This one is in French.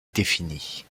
définie